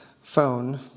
phone